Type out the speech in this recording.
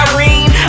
Irene